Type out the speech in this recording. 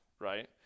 right